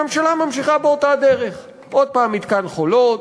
הממשלה ממשיכה באותה דרך: עוד הפעם מתקן "חולות",